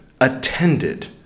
attended